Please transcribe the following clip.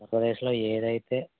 ఆంధ్రప్రదేశ్లో ఏదైతే